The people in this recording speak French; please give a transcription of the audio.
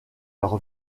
leur